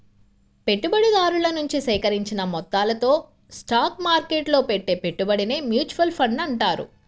పెట్టుబడిదారుల నుంచి సేకరించిన మొత్తాలతో స్టాక్ మార్కెట్టులో పెట్టే పెట్టుబడినే మ్యూచువల్ ఫండ్ అంటారు